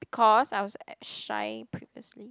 because I was shy previously